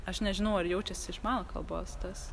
aš nežinau ar jaučiasi iš mano kalbos tas